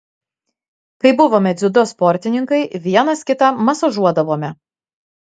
kai buvome dziudo sportininkai vienas kitą masažuodavome